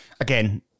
again